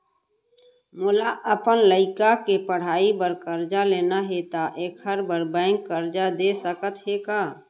मोला अपन लइका के पढ़ई बर करजा लेना हे, त एखर बार बैंक करजा दे सकत हे का?